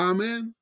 Amen